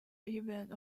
even